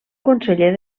conseller